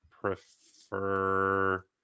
prefer